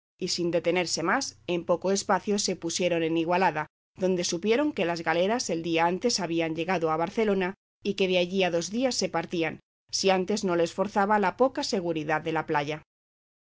y sin detenerse más en poco espacio se pusieron en igualada donde supieron que las galeras el día antes habían llegado a barcelona y que de allí a dos días se partirían si antes no les forzaba la poca seguridad de la playa